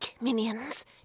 Minions